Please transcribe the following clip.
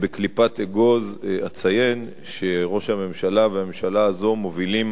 בקליפת אגוז אציין שראש הממשלה והממשלה הזאת מובילים